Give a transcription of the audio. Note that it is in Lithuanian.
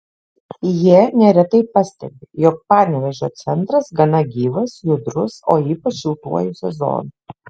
jie neretai pastebi jog panevėžio centras gana gyvas judrus o ypač šiltuoju sezonu